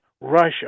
Russia